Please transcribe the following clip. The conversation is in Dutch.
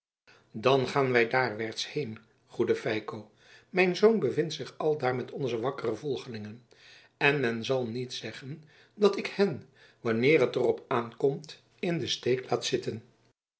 dan gaan wij derwaarts heen goede feiko mijn zoon bevindt zich aldaar met onze wakkere volgelingen en men zal niet zeggen dat ik hen wanneer het er op aankomt in den steek laat zitten